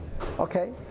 okay